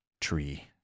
tree